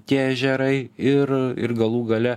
tie ežerai ir ir galų gale